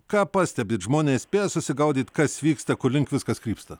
ką pastebit žmonės spėja susigaudyt kas vyksta kurlink viskas krypsta